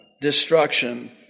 destruction